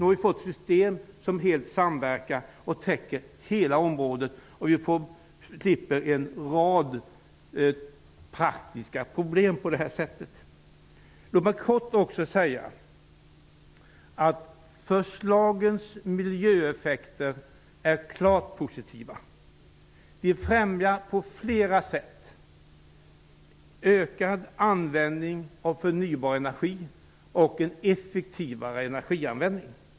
Nu har vi fått ett system som helt samverkar och som täcker hela området. Vi slipper en rad praktiska problem på det här sättet. Låt mig helt kort också få säga att förslagens miljöeffekter är klart positiva. Förslagen främjar på flera sätt en ökad användning av förnybar energi och en effektivare energianvändning.